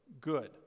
good